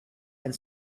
and